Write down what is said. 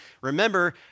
remember